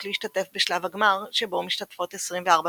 להשתתף בשלב הגמר שבו משתתפות 24 מתעמלות.